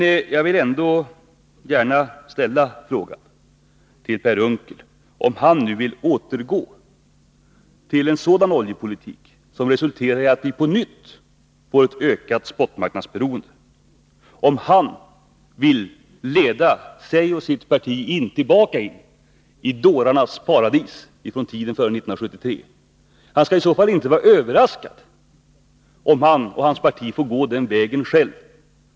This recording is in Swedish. Jag vill ändå gärna fråga Per Unckel om han nu vill återgå till en oljepolitik som resulterar i att vi på nytt får ett ökat spotmarknadsberoende, om han vill leda sitt parti tillbaka in i dårarnas paradis ifrån tiden före 1973. Han skall i så fall inte vara överraskad om han och hans parti får gå den vägen själva.